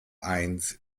eins